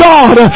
God